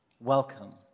welcome